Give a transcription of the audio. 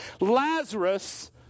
Lazarus